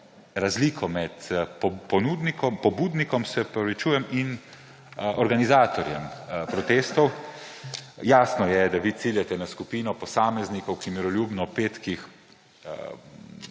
razliko med pobudnikom in organizatorjem protestov. Jasno je, da vi ciljate na skupino posameznikov, ki miroljubno ob petih